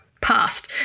past